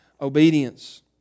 obedience